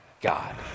god